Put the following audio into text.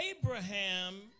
Abraham